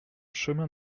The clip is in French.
chemin